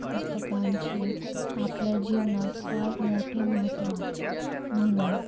पुस्तकांची आपल्या जीवनात फार मोठे महत्त्व आहे म्हणून